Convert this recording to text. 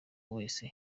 wese